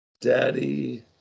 Daddy